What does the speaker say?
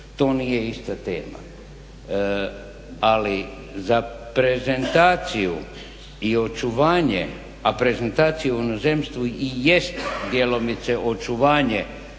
To nije ista tema. Ali za prezentaciju i očuvanje, a prezentaciju u inozemstvu i jest djelomice očuvanje